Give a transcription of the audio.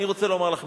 אני רוצה לומר לכם,